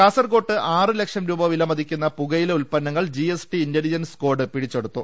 കാസർകോട്ട് ആറ് ലക്ഷം രൂപ വിലമതിക്കുന്ന പുകയില ഉൽപ്പ ന്നങ്ങൾ ജിഎസ്ടി ഇന്റലിജൻസ് സ്കാഡ് പിടിച്ചെടുത്തു